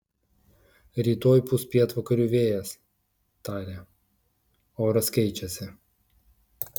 rytoj pūs pietvakarių vėjas tarė oras keičiasi